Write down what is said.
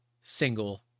single